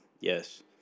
Yes